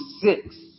six